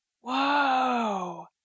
Whoa